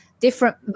different